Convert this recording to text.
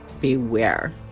beware